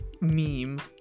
meme